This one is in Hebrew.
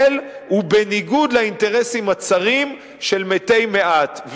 ובניגוד לאינטרסים הצרים של מתי מעט.